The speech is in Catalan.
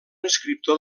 escriptor